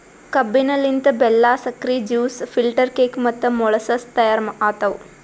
ಕಬ್ಬಿನ ಲಿಂತ್ ಬೆಲ್ಲಾ, ಸಕ್ರಿ, ಜ್ಯೂಸ್, ಫಿಲ್ಟರ್ ಕೇಕ್ ಮತ್ತ ಮೊಳಸಸ್ ತೈಯಾರ್ ಆತವ್